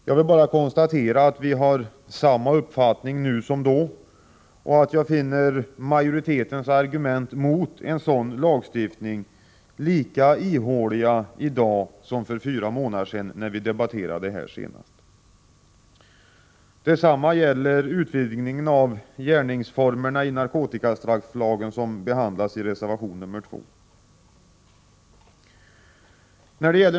Jag vill bara konstatera att vi har samma uppfattning nu som då och att jag finner majoritetens argument mot en sådan lagstiftning lika ihåliga i dag som för fyra månader sedan, då vi debatterade detta senast. Detsamma gäller utvidgningen av gärningsformer i narkotikastrafflagen, som behandlas i reservation nr 2.